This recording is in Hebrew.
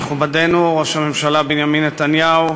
מכובדנו ראש הממשלה בנימין נתניהו,